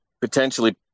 potentially